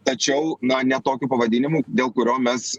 tačiau na ne tokiu pavadinimu dėl kurio mes